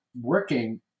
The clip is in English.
working